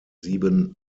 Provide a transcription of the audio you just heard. sieben